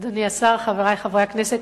אדוני השר, חברי חברי הכנסת,